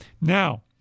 Now